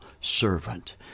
servant